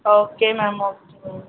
okay ma'am okay ma'am